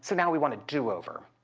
so now we want a do-over.